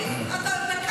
אתה תמיד,